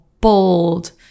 bold